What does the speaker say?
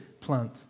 plant